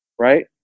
right